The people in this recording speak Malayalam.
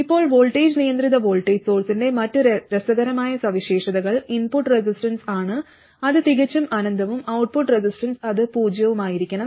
ഇപ്പോൾ വോൾട്ടേജ് നിയന്ത്രിത വോൾട്ടേജ് സോഴ്സ്ന്റെ മറ്റ് രസകരമായ സവിശേഷതകൾ ഇൻപുട്ട് റെസിസ്റ്റൻസ് ആണ് അത് തികച്ചും അനന്തവും ഔട്ട്പുട്ട് റെസിസ്റ്റൻസ് അത് പൂജ്യമായിരിക്കണം